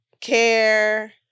care